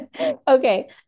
Okay